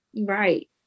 Right